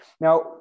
Now